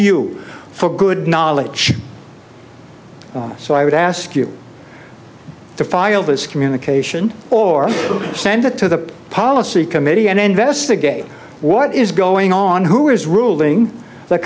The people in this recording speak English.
you for good knowledge so i would ask you to file this communication or send it to the policy committee and investigate what is going on who is ruling the